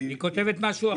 היא כותבת משהו אחר.